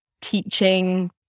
teaching